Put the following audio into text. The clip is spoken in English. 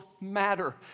matter